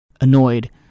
Annoyed